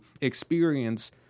experience